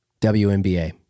WNBA